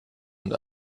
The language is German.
und